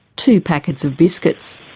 two packets of biscuits.